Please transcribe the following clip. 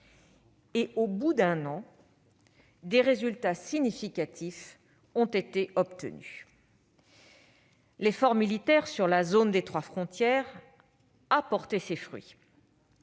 Au bout d'un an, des résultats significatifs ont été obtenus : l'effort militaire sur la zone des trois frontières a porté ses fruits.